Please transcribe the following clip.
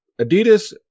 Adidas